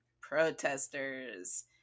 protesters